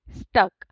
Stuck